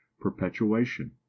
perpetuation